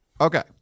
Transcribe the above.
Okay